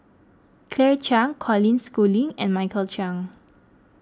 Claire Chiang Colin Schooling and Michael Chiang